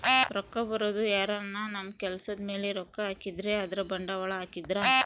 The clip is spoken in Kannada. ರೊಕ್ಕ ಬರೋದು ಯಾರನ ನಮ್ ಕೆಲ್ಸದ್ ಮೇಲೆ ರೊಕ್ಕ ಹಾಕಿದ್ರೆ ಅಂದ್ರ ಬಂಡವಾಳ ಹಾಕಿದ್ರ